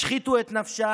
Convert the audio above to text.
השחיתו את נפשה.